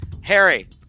Harry